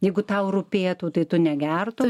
jeigu tau rūpėtų tai tu negertum